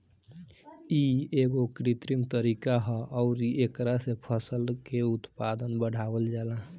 इ एगो कृत्रिम तरीका ह अउरी एकरा से फसल के उत्पादन बढ़ावल जाला